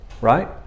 right